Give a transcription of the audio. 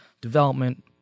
development